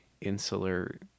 insular